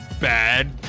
bad